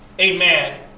amen